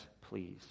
please